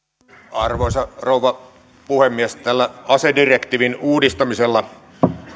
arvoisa rouva puhemies tällä asedirektiivin uudistamisella